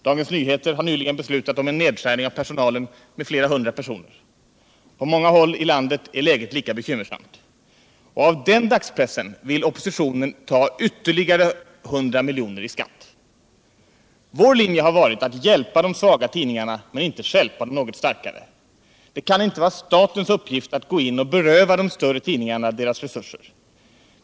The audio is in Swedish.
Dagens Nyheter har nyligen beslutat om en nedskärning av personalen med flera hundra personer. På många håll i landsorten är läget lika bekymmersamt. Och av den dagspressen vill oppositionen ta ytterligare 100 miljoner i skatt! Vår linje har varit att hjälpa de svaga tidningarna men inte stjälpa de något starkare. Det kan inte vara statens uppgift att gå in och beröva de större tidningarna deras resurser.